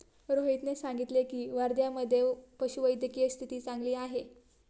रोहितने सांगितले की, वर्ध्यामधे पशुवैद्यकीय स्थिती चांगली आहे